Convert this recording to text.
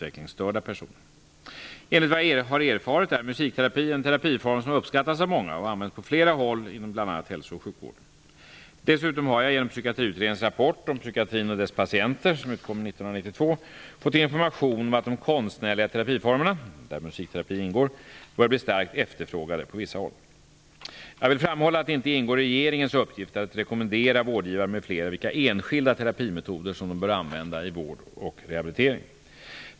Enligt vad jag har erfarit är musikterapi en terapiform som uppskattas av många och som används på flera håll inom bl.a. hälso och sjukvården. Dessutom har jag genom Psykiatriutredningens rapport om Psykiatrin och dess patienter fått information om att de konstnärliga terapiformerna -- där musikterapi ingår -- börjar bli starkt efterfrågade på vissa håll. Jag vill framhålla att det inte ingår i regeringens uppgifter att rekommendera vårdgivare m.fl. vilka enskilda terapimetoder som de bör använda i vård och rehabilitering.